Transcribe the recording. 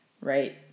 right